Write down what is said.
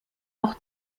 auch